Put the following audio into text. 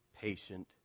patient